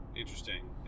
interesting